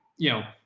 you know,